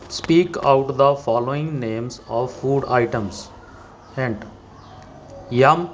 speak out the following names of food items and yum